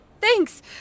thanks